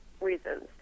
reasons